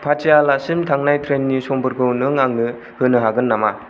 पाटियालासिम थांनाय ट्रेननि समफोरखौ नों आंनो होनो हागोन नामा